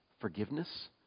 forgiveness